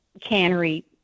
cannery